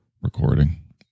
recording